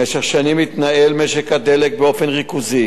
במשך שנים התנהל משק הדלק באופן ריכוזי,